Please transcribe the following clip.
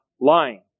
lying